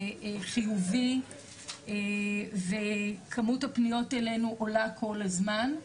חיובי וכמות הפניות אלינו עולה כל הזמן,